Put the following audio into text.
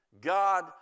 God